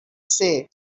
said